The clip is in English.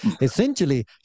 essentially